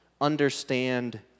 understand